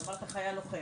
אמרת חייל לוחם.